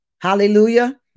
Hallelujah